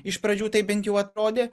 iš pradžių taip bent jau atrodė